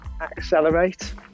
accelerate